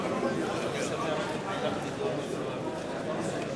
אשמח לקבל ממך את ההעתק.